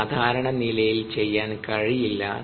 അത് സാധാരണ നിലയിൽ ചെയ്യാൻ കഴിയില്ല